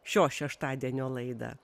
šio šeštadienio laidą